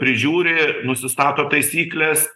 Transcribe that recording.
prižiūri nusistato taisykles